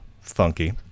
funky